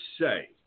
say